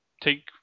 take